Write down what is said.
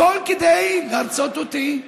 הכול כדי לרצות אותי.